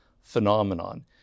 phenomenon